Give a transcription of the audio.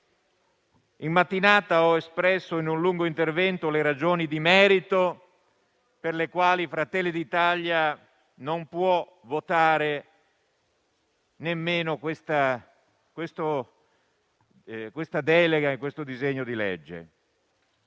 in mattinata ho espresso in un lungo intervento le ragioni di merito per le quali Fratelli d'Italia non può votare nemmeno questo disegno di legge